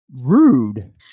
Rude